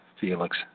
Felix